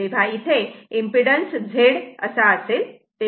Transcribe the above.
तेव्हा impedance Z असेल